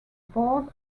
board